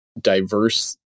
diverse